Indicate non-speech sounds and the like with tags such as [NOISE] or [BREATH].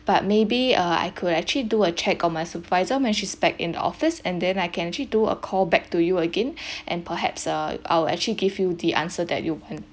but maybe uh I could actually do a check on my supervisor when she's back in the office and then I can actually do a call back to you again [BREATH] and perhaps uh I will actually give you the answer that you want